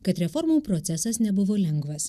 kad reformų procesas nebuvo lengvas